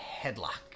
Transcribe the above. headlock